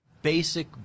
Basic